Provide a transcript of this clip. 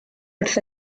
wrth